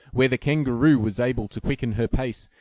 where the kangaroo was able to quicken her pace,